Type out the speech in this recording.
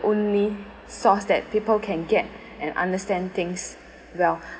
only source that people can get and understand things well